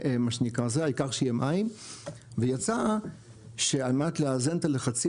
העיקר שיהיה מים ויצא שעל מנת לאזן את הלחצים,